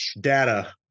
Data